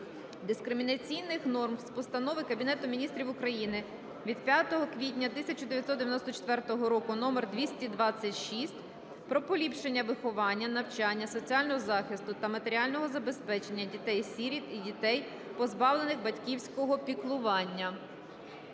дискримінаційних норм з постанови Кабінету Міністрів України від 5 квітня 1994 року №226 "Про поліпшення виховання, навчання, соціального захисту та матеріального забезпечення дітей-сиріт і дітей, позбавлених батьківського піклування".